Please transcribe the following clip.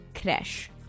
crash